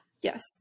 Yes